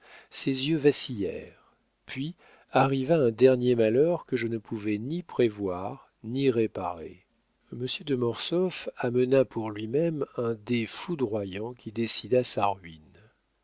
ses yeux vacillèrent puis arriva un dernier malheur que je ne pouvais ni prévoir ni réparer monsieur de mortsauf amena pour lui-même un dé foudroyant qui décida sa ruine